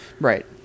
Right